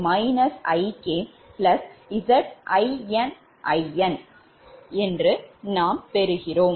ZinIn என்று நாம் பெறுகிறோம்